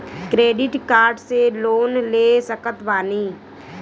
Credit card से loan ले सकत बानी?